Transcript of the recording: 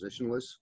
positionless